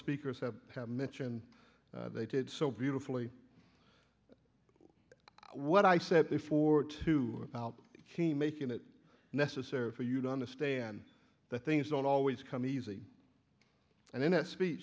speakers have have mentioned they did so beautifully what i said before to about kimi can it necessary for you to understand that things don't always come easy and in a speech